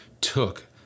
took